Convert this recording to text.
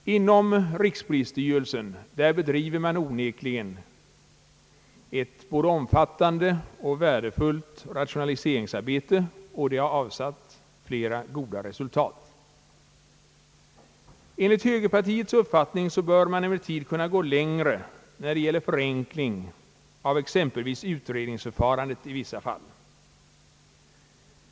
Inom rikspolisstyrelsen bedrivs onekligen ett både omfattande och värdefullt rationaliseringsarbete, som avsatt flera goda resultat. Enligt högerpartiets uppfattning bör man emellertid kunna gå längre när det gäller förenkling av exempelvis utredningsförfarandet i vissa fall.